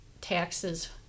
taxes